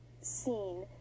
scene